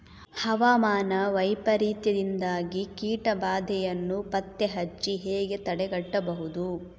ಹವಾಮಾನ ವೈಪರೀತ್ಯದಿಂದಾಗಿ ಕೀಟ ಬಾಧೆಯನ್ನು ಪತ್ತೆ ಹಚ್ಚಿ ಹೇಗೆ ತಡೆಗಟ್ಟಬಹುದು?